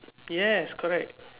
yes correct